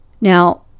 Now